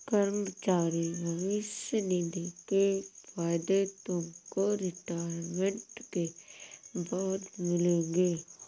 कर्मचारी भविष्य निधि के फायदे तुमको रिटायरमेंट के बाद मिलेंगे